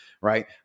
right